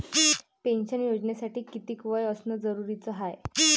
Pension योजनेसाठी कितीक वय असनं जरुरीच हाय?